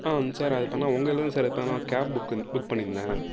ஆ ம் சார் அதுபேர்ன்னா உங்கள் இதுலேயிருந்து சார் அதுபேர்ன்னா கேப் புக் புக் பண்ணியிருந்தேன்